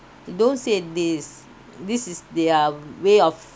those in these this is their way of